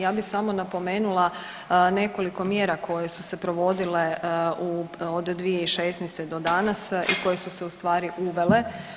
Ja bi samo napomenula nekoliko mjera koje su se provodile od 2016. do danas i koje su se u stvari uvele.